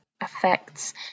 affects